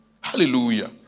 Hallelujah